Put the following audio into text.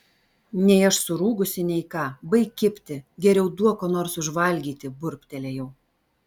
nei aš surūgusi nei ką baik kibti geriau duok ko nors užvalgyti burbtelėjau